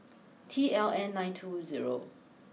T L N nine two zero